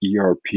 ERP